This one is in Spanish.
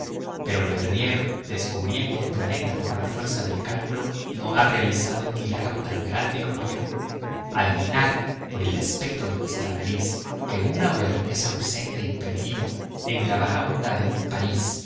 modestamente m bernier pero leverrier descubriendo un planeta por la fuerza del cálculo no ha realizado un milagro tan grande como yo adivinar por el aspecto de vuestra nariz que un auvernés ausente y perdido en la baraúnda de un parís